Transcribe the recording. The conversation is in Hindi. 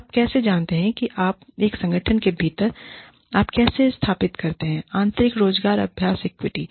आप कैसे जानते हैं आप एक संगठन के भीतर आप कैसे स्थापित करते हैं आंतरिक रोजगार अभ्यास इक्विटी